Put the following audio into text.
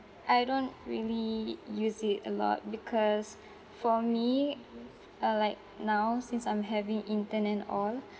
I don't really use it a lot be cause cause for me uh like now since I'm having intern and all